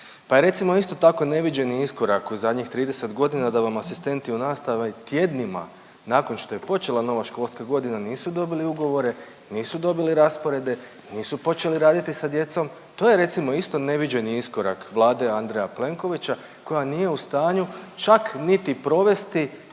pa je recimo isto tako, neviđeni iskorak u zadnjih 30 godina, da vam asistenti u nastavi tjednima nakon što je počela nova školska godina nisu dobili ugovore, nisu dobili rasporede, nisu počeli raditi sa djecom, to je, recimo, isto neviđeni iskorak vlade Andreja Plenkovića koja nije u stanju čak niti provesti